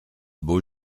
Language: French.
beau